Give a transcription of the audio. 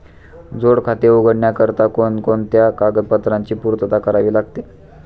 जोड खाते उघडण्याकरिता कोणकोणत्या कागदपत्रांची पूर्तता करावी लागते?